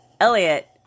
Elliot